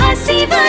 save